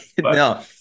no